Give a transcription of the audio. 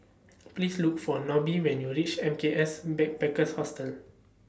Please Look For Nobie when YOU REACH M K S Backpackers Hostel